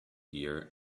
gear